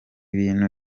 bintu